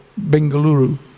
Bengaluru